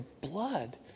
blood